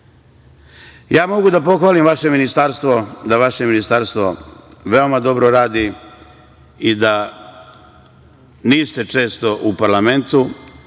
ženu. Mogu da pohvalim vaše ministarstvo, da vaše ministarstvo veoma dobro radi i da niste često u parlamentu,